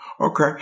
Okay